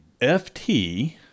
FT